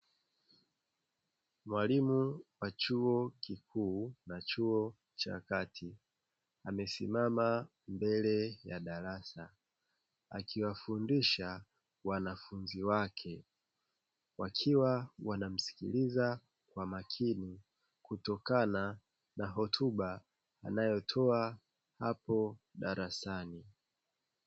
Mwalimu wa chuo kikuu na chuo cha kati amesimama mbele ya darasa akiwafundisha wanafunzi wake wakiwa wanamsikiliza kwa makini kutokana na hotuba anayoitoa hapo darasani.